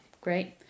great